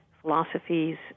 philosophies